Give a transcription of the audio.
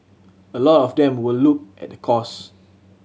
a lot of them will look at the cost